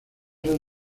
han